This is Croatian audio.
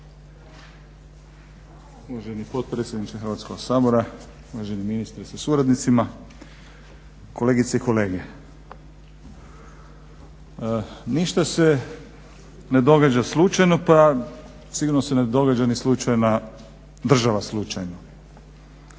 Uvaženi potpredsjedniče Hrvatskog sabora, uvaženi ministre sa suradnicima, kolegice i kolege. Ništa se ne događa slučajno, pa sigurno se ne događa ni slučajna, država slučajno.